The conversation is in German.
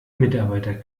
mitarbeiter